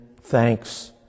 thanks